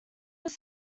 was